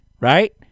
right